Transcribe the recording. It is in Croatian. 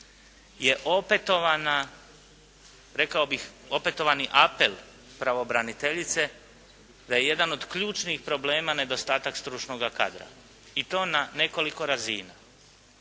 bih opetovani apel pravobraniteljice da je jedan od ključnih problema nedostatak stručnoga kadra i to na nekoliko razina.